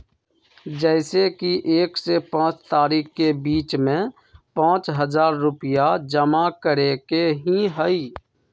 जैसे कि एक से पाँच तारीक के बीज में पाँच हजार रुपया जमा करेके ही हैई?